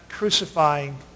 crucifying